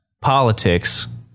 politics